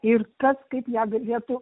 ir kas kaip ją galėtų